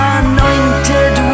anointed